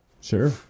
Sure